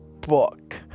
book